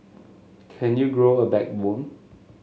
can you grow a backbone